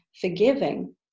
forgiving